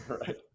Right